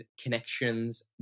connections